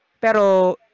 pero